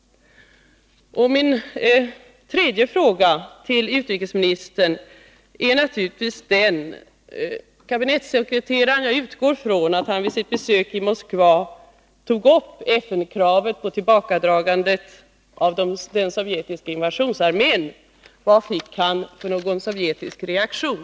Jag utgår från att kabinettssekreteraren tog upp FN-kravet på tillbakadragande av den sovjetiska invationsarmén, och min tredje fråga till utrikesministern är naturligtvis: Vad fick kabinettssekreteraren för sovjetisk reaktion?